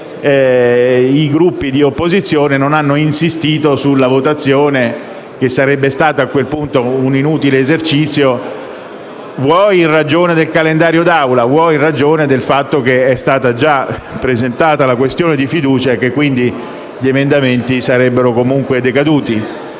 i Gruppi di opposizione non hanno insistito sulla votazione, che sarebbe stata a quel punto un inutile esercizio, vuoi in ragione del calendario dei lavori d'Aula, vuoi in ragione del fatto che è stata già preannunciata la presentazione della questione di fiducia e che dunque gli emendamenti sarebbero comunque decaduti.